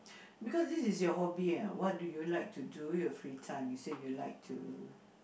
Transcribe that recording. because this is your hobby ah what do you like to do your free time you say you like to